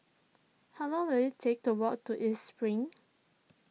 how long will it take to walk to East Spring